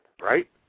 right